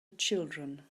children